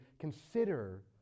consider